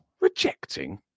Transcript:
Rejecting